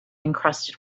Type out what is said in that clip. encrusted